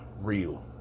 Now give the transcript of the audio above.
real